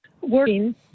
working